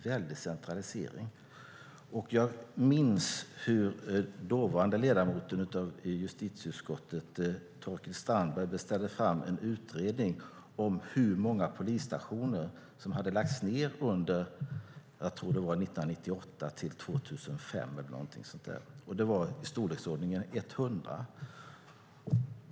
Jag minns hur dåvarande ledamoten av justitieutskottet Torkild Strandberg beställde en utredning om hur många polisstationer som hade lagts ned under åren 1998-2005, tror jag att det var. Det var i storleksordningen 100.